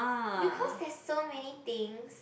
because there's so many things